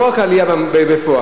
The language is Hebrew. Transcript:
לא רק העלייה בפועל,